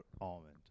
almond